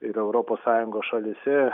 ir europos sąjungos šalyse